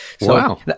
Wow